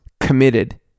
committed